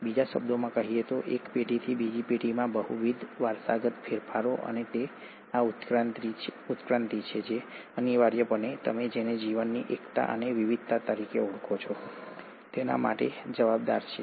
બીજા શબ્દોમાં કહીએ તો એક પેઢીથી બીજી પેઢીમાં બહુવિધ વારસાગત ફેરફારો અને તે આ ઉત્ક્રાંતિ છે જે અનિવાર્યપણે તમે જેને જીવનની એકતા અને વિવિધતા તરીકે ઓળખો છો તેના માટે જવાબદાર છે